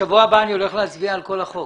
בשבוע הבא אני הולך להצביע על כל החוק.